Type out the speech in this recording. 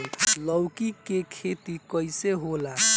लौकी के खेती कइसे होला?